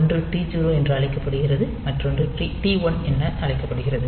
ஒன்று T 0 என்று அழைக்கப்படுகிறது மற்றொரு T 1 என அழைக்கப்படுகிறது